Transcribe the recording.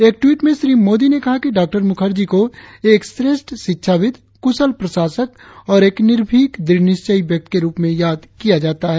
एक ट्वीट में श्री मोदी ने कहा कि डॉ मुखर्जी को एक श्रेष्ठ शिक्षाविद कुशल प्रशासक और एक निर्भीक द्रढ़निश्चयी व्यक्ति के रुप में याद किया जाता है